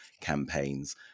campaigns